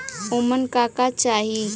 ओमन का का चाही?